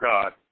God